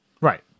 Right